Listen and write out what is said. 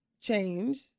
change